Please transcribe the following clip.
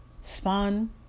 Spawn